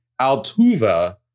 Altuve